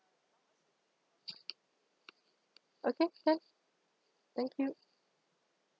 okay can thank you